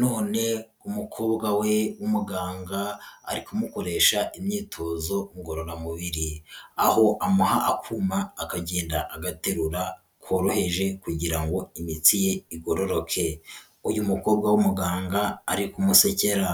none umukobwa we w'umuganga ari kumukoresha imyitozo ngororamubiri, aho amuha akuma akagenda agaterura koroheje kugira ngo imitsi ye igororoke, uyu mukobwa w'umuganga ari kumusekera.